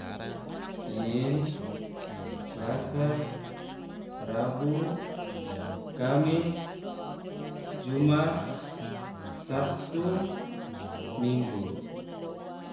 Senin, slasa, rabu, kamis, jumat, sabtu, minggu.